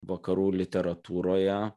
vakarų literatūroje